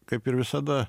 kaip ir visada